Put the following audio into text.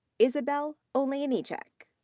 isabelle olejniczak.